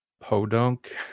podunk